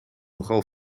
nogal